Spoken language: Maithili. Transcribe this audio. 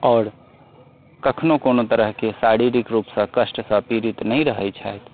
आओर कखनो कोनो तरहके शारीरिक रुपसँ कष्टसँ पीड़ित नहि रहै छथि